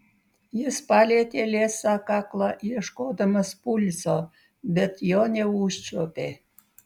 jis palietė liesą kaklą ieškodamas pulso bet jo neužčiuopė